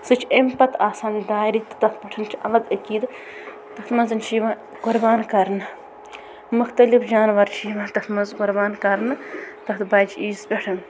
سُہ چھِ اَمہِ پتہٕ آسان ڈاے رٮ۪ت تہٕ تَتھ پٮ۪ٹھ چھُ الگ عقیٖدٕ تَتھ منٛز چھُ یِوان قۄربان کَرنہٕ مختلِف جانور چھِ یِوان تَتھ منٛز قۄربان کَرنہٕ تَتھ بجہِ عیٖزِ پٮ۪ٹھ